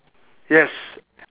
yes